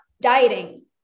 dieting